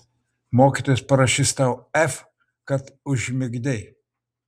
mokytojas parašys tau f kad užmigdei